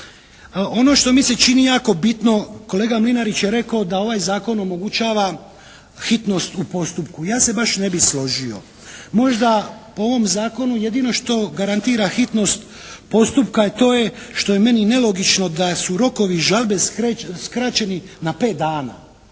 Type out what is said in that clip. Ono što mi se čini jako bitno kolega Mlinarić je rekao da ovaj zakon omogućava hitnost u postupku. Ja se baš ne bi složio. Možda po ovom zakonu jedino što garantira hitnost postupka to je što je meni nelogično da su rokovi žalbe skraćeni na 5 dana.